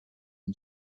and